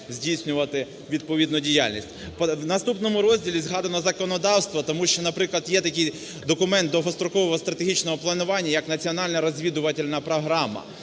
здійснювати відповідну діяльність. В наступному розділі згадано законодавство, тому що, наприклад, є такий документ довгострокового стратегічного планування, як національна розвідувальна програма.